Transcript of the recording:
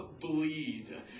bleed